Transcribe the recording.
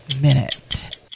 minute